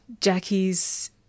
Jackie's